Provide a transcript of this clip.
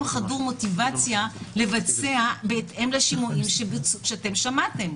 חדור מוטיבציה לבצע בהתאם לשימועים שאתם שמעתם.